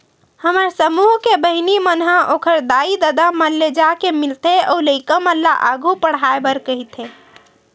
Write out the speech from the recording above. हमर समूह के बहिनी मन ह ओखर दाई ददा मन ले जाके मिलथे अउ लइका मन ल आघु पड़हाय बर कहिथे